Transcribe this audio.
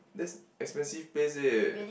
this expensive place eh